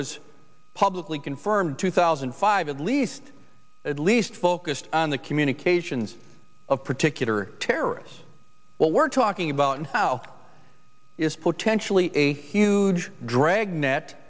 was publicly confirmed two thousand and five at least at least focused on the communications of particular terrorists what we're talking about is potentially a huge dragnet